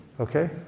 Okay